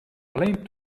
alleen